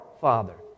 Father